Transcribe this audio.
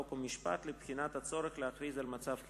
חוק ומשפט לבחינת הצורך להכריז על מצב חירום.